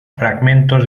fragmentos